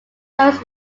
various